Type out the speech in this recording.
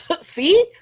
See